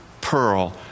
pearl